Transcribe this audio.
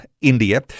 India